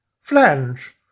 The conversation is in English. Flange